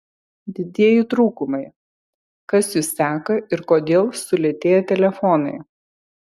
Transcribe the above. didieji trūkumai kas jus seka ir kodėl sulėtėja telefonai